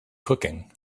cooking